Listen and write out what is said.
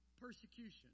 persecution